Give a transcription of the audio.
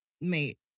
mate